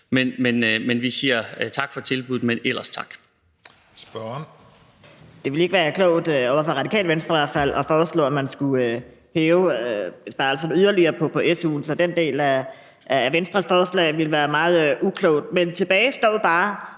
og vi siger tak for tilbuddet, men ellers tak.